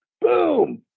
Boom